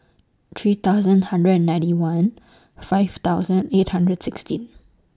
three thousand hundred and ninety one five thousand eight hundred sixteen